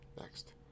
Next